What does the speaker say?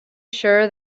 sure